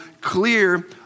clear